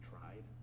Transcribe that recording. tried